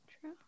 True